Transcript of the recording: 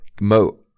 Mo